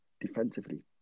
defensively